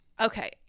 Okay